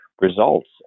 results